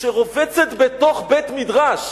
שרובצת בתוך בית-מדרש.